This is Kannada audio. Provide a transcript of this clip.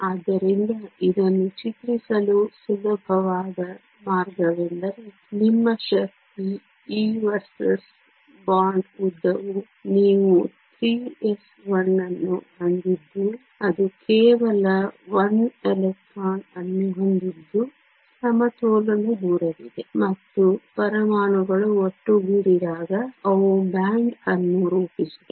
ಆದ್ದರಿಂದ ಇದನ್ನು ಚಿತ್ರಿಸಲು ಸುಲಭವಾದ ಮಾರ್ಗವೆಂದರೆ ನಿಮ್ಮ ಶಕ್ತಿ ಇ ವರ್ಸಸ್ ಬಾಂಡ್ ಉದ್ದವು ನೀವು 3s1 ಅನ್ನು ಹೊಂದಿದ್ದು ಅದು ಕೇವಲ 1 ಎಲೆಕ್ಟ್ರಾನ್ ಅನ್ನು ಹೊಂದಿದ್ದು ಸಮತೋಲನ ದೂರವಿದೆ ಮತ್ತು ಪರಮಾಣುಗಳು ಒಟ್ಟುಗೂಡಿದಾಗ ಅವು ಬ್ಯಾಂಡ್ ಅನ್ನು ರೂಪಿಸುತ್ತವೆ